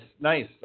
nice